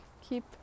keep